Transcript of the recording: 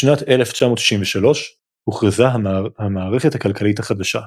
בשנת 1963 הוכרזה המערכת הכלכלית החדשה.